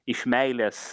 iš meilės